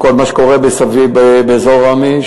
כל מה שקורה שם באזור ראמה,